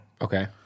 Okay